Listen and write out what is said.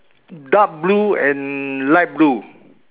dark blue and light blue